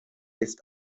ist